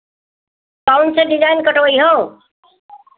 कौन से डिज़ाईन कटवइहो